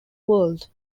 world